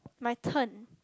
my turn